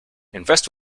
invest